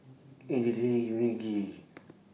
Idili Unagi